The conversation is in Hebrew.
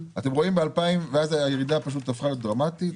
ואז הירידה הפכה להיות דרמטית.